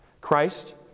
Christ